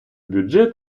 бюджет